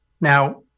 Now